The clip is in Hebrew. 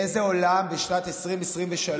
באיזה עולם בשנת 2023,